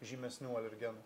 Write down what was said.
žymesnių alergenų